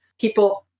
people